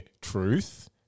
truth